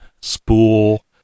spool